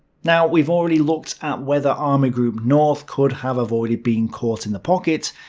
now, we've already looked at whether army group north could have avoided being caught in the pocket,